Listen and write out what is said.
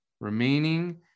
remaining